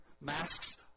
masks